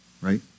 right